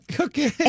Okay